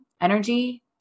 energy